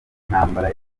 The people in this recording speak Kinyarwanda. intambara